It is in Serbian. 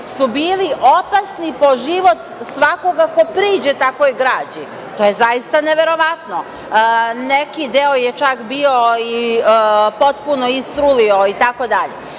su bili opasni po život svakog ko priđe takvoj građi, to je zaista neverovatno. Neki deo je čak i potpuno istrulio itd.